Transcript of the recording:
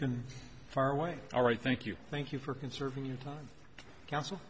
can fire away all right thank you thank you for conserving your time counsel